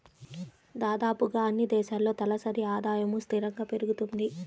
దాదాపుగా అన్నీ దేశాల్లో తలసరి ఆదాయము స్థిరంగా పెరుగుతుంది